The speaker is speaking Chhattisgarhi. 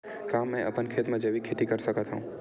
का मैं अपन खेत म जैविक खेती कर सकत हंव?